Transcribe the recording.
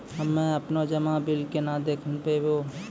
हम्मे आपनौ जमा बिल केना देखबैओ?